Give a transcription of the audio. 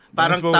parang